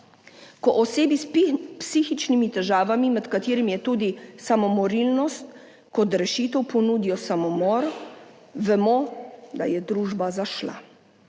ko osebi s psihičnimi težavami, med katerimi je tudi samomorilnost, kot rešitev ponudijo samomor, vemo, da je družba zašla.